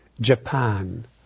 Japan